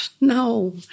no